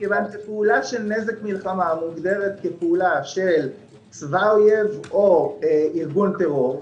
מכיוון שפעולה של נזק מלחמה מוגדרת כפעולה של צבא אויב או ארגון טרור,